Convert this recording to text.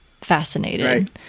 fascinated